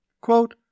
Quote